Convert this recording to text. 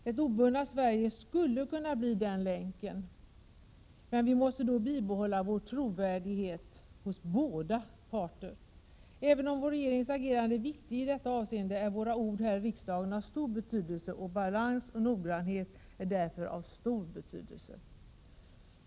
Det politiskt neutrala Sverige skulle kunna vara den länken, men då måste vi bibehålla vår trovärdighet hos båda parter. Även om vår regerings agerande är viktigt i detta avseende är våra ord här i riksdagen av stor betydelse. Vi måste uttala oss balanserat och med stor noggrannhet.